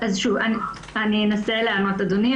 אז, שוב, אני אנסה לענות, אדוני.